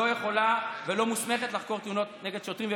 הרי המשטרה לא יכולה ולא מוסמכת לחקור תלונות נגד שוטרים,